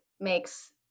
makes –